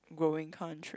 growing country